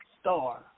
star